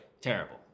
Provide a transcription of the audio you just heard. Terrible